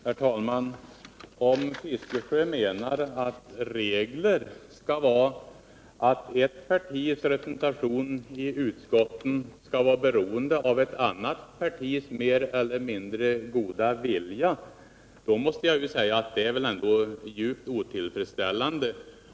Herr talman! Om Bertil Fiskesjö menar att regeln skall vara att ett partis representation i utskotten skall vara beroende av ett annat partis mer eller mindre goda vilja, så måste jag säga att det är djupt otillfredsställande.